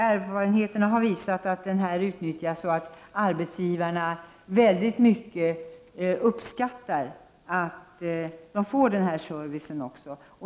Erfarenheterna har visat att den möjligheten utnyttjas och att arbetsgivarna uppskattar mycket att de får denna service.